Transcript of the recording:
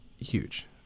Huge